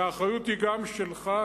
והאחריות היא גם שלך,